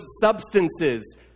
substances